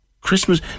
Christmas